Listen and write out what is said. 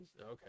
Okay